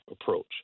approach